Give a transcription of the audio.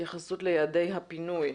התייחסות ליעדי הפינוי.